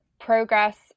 progress